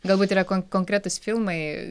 galbūt yra kon konkretūs filmai